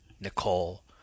Nicole